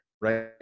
Right